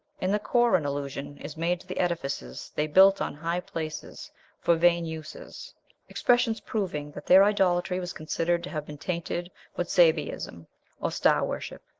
in the koran allusion is made to the edifices they built on high places for vain uses expressions proving that their idolatry was considered to have been tainted with sabaeism or star-worship.